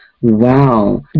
Wow